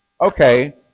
Okay